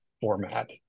format